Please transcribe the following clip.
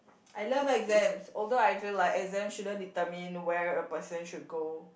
I love exams although I feel like exams shouldn't determine where a person should go